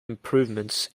improvements